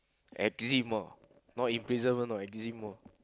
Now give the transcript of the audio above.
eczema not in prison even also in eczema